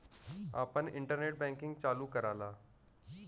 आपन internet banking चालू कराला